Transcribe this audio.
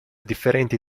differenti